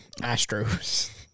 Astros